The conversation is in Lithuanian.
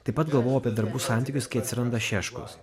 taip pat galvojau apie darbų santykius kai atsiranda šeškus